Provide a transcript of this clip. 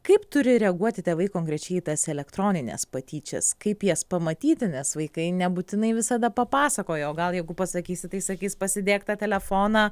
kaip turi reaguoti tėvai konkrečiai į tas elektronines patyčias kaip jas pamatyti nes vaikai nebūtinai visada papasakoja o gal jeigu pasakysi tai sakys pasidėk tą telefoną